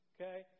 okay